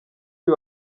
uyu